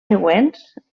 següents